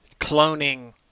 Cloning